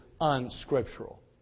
unscriptural